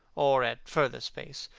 or at further space,